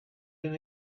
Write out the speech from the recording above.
been